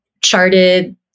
charted